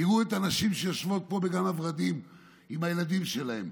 תראו את הנשים שיושבות פה בגן הוורדים עם הילדים שלהם,